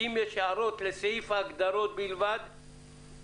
האלה, סעיף ההסמכה